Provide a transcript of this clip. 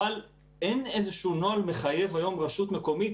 אבל אין נוהל מחייב היום לרשות מקומית